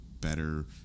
better